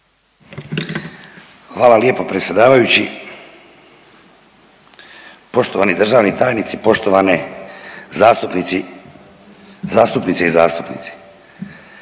Hvala lijepo predsjedavajući. Poštovani državni tajnici, poštovane zastupnice i zastupnici.